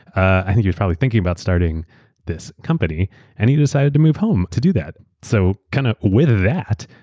i think he's probably thinking about starting this company and he decided to move home to do that. so kind of with that,